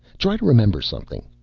try to remember something.